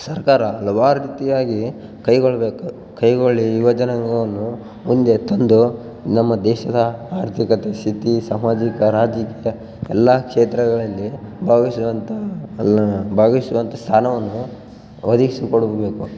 ಸರ್ಕಾರ ಹಲವಾರ್ ರೀತಿಯಾಗಿ ಕೈಗೊಳ್ಬೇಕು ಕೈಗೊಳ್ಳಿ ಯುವ ಜನಾಂಗವನ್ನು ಮುಂದೆ ತಂದು ನಮ್ಮ ದೇಶದ ಆರ್ಥಿಕ ಸ್ಥಿತಿ ಸಾಮಾಜಿಕ ರಾಜಕೀಯ ಎಲ್ಲ ಕ್ಷೇತ್ರಗಳಲ್ಲಿ ಭಾಗವಹಿಸುವಂತೆ ಅಲ್ಲ ಭಾಗವಹಿಸುವಂಥ ಸ್ಥಾನವನ್ನು ಒದಗಿಸಿಕೊಡಬೇಕು